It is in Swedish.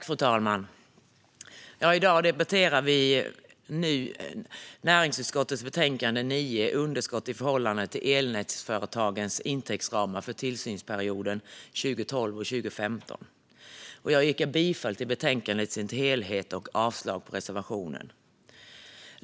Fru talman! I dag debatterar vi näringsutskottets betänkande 9 Underskott i förhållande till elnätföretagens intäktsramar för tillsynsperioden 2012 - 2015 . Jag yrkar bifall till förslaget i betänkandet i sin helhet och avslag på reservationen.